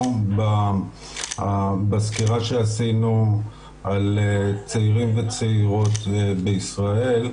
בסקירה שעשינו על צעירים וצעירות בישראל,